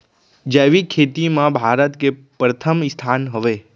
जैविक खेती मा भारत के परथम स्थान हवे